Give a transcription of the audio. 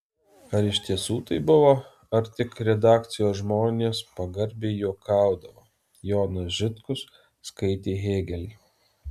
ar iš tiesų taip buvo ar tik redakcijos žmonės pagarbiai juokaudavo jonas žitkus skaitė hėgelį